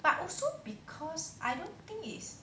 that's because I